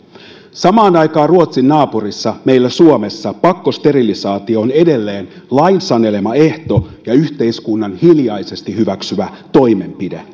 samaan aikaan ruotsin naapurissa meillä suomessa pakkosterilisaatio on edelleen lain sanelema ehto ja yhteiskunnan hiljaisesti hyväksymä toimenpide